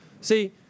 See